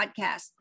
podcast